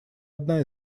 одна